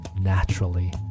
naturally